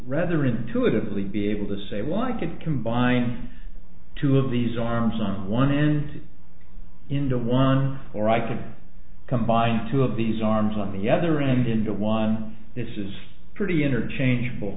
rather intuitively be able to say why i could combine two of these arms on one hand into one or i could combine two of these arms on the other end into one this is pretty interchangeable